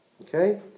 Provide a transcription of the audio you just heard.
Okay